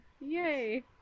yay